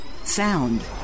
Sound